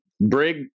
Brig